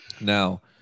Now